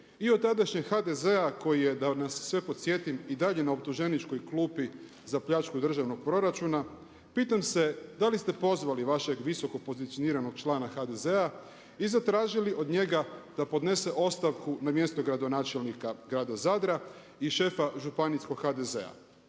i od tadašnje HDZ-a koji je da nas sve podsjetim i dalje na optuženičkoj klupi za pljačku državnog proračuna. Pitam se da li ste pozvali vašeg visoko pozicioniranog člana HDZ-a i zatražili od njega da podnese ostavku na mjesto gradonačelnika Grada Zadra i šefa županijskog HDZ-a.